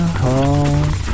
home